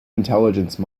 intelligence